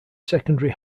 secondary